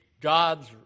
God's